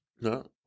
No